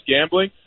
gambling